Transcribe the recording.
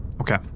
Okay